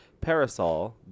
Parasol